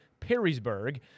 Perrysburg